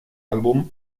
álbum